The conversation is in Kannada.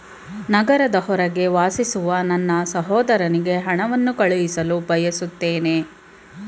ನಗರದ ಹೊರಗೆ ವಾಸಿಸುವ ನನ್ನ ಸಹೋದರನಿಗೆ ಹಣವನ್ನು ಕಳುಹಿಸಲು ಬಯಸುತ್ತೇನೆ